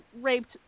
raped